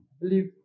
believe